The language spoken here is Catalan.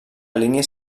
línies